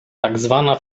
tzw